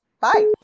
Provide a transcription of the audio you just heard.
Bye